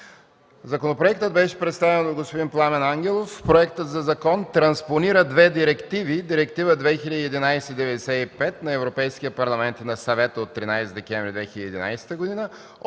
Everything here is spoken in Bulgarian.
Законопроектът беше представен от господин Пламен Ангелов. Законопроектът транспонира две директиви – Директива 2011/95/ЕС на Европейския парламент и на Съвета от 13 декември 2011 г.